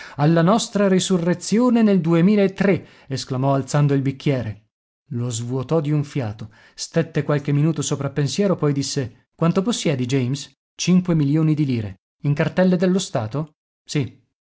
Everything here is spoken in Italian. alla nostra risurrezione nel duemilatre esclamò alzando il bicchiere lo svuotò di un fiato stette qualche minuto soprappensiero poi disse quanto possiedi james cinque milioni di lire in cartelle dello stato sì